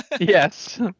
yes